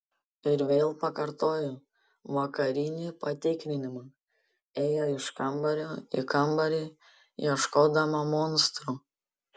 ir vėl pakartojo vakarinį patikrinimą ėjo iš kambario į kambarį ieškodama monstrų